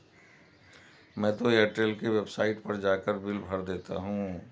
मैं तो एयरटेल के वेबसाइट पर जाकर बिल भर देता हूं